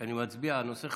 כשאני מצביע על נושא חשוב.